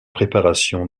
préparation